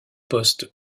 poste